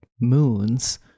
moons